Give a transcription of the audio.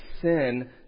sin